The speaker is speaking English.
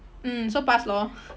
mm so pass lor